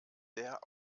sehr